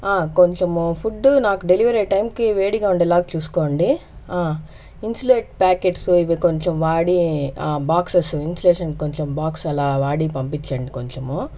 కొంచెం ఫుడ్ నాకు డెలివరీ టైంకి వేడిగా ఉండేలాగా చూసుకోండి ఇన్సులేట్ ప్యాకెట్స్ ఇవి కొంచెం వాడి బాక్సస్ ఇన్సులేషన్ కొంచెం బాక్స్ అలా వాడి పంపించండి కొంచెము